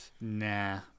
Nah